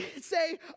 say